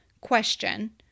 question